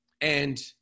and-